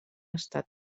estat